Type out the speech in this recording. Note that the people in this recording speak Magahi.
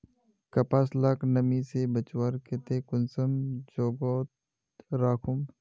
कपास लाक नमी से बचवार केते कुंसम जोगोत राखुम?